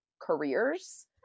careers